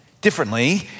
differently